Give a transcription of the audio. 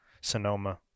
Sonoma